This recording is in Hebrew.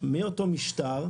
מאותו משטר,